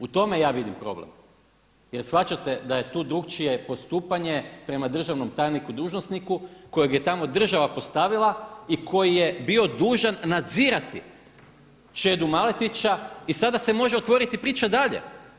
U tome ja vidim problem. jer shvaćate da je tu drukčije postupanje prema državnom tajniku dužnosniku kojeg je tamo država postavila i koji je bio dužan nadzirati Čedu Maletića i sada se može otvoriti priča dalje.